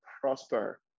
prosper